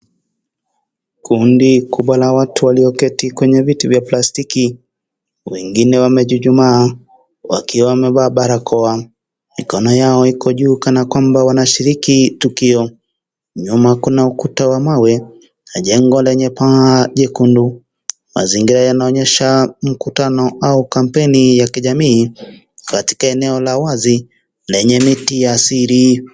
Kundi kubwa la watu walioketi kwenye viti vya plastiki, wengine wamechuchumaa wakiwa wamevaa barakoa. Mikono yao iko juu kana kwamba wanashiriki tukio. Nyuma kuna ukuta wa mawe na jengo lenye paa jekundu. Mazingira yanaonyesha mkutano au kampeni ya kijamii katika eneo la wazi lenye miti ya asili.